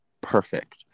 perfect